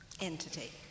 entity